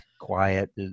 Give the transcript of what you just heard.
quiet